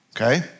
okay